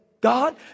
God